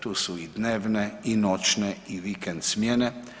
Tu su i dnevne i noćne i vikend smjene.